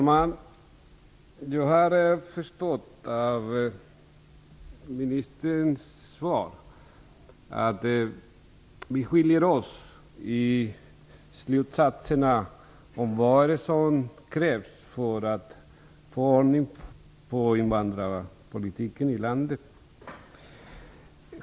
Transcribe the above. Herr talman! Jag har av ministerns svar förstått att vi skiljer oss åt i slutsatserna om vad som krävs för att få ordning på invandrarpolitiken i landet.